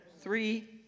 Three